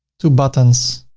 two buttons,